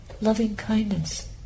loving-kindness